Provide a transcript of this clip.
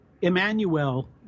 Emmanuel